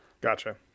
Gotcha